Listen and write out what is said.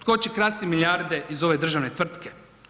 Tko će krasti milijarde iz ove državne tvrtke?